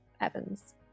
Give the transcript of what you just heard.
evans